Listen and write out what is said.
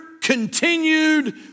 continued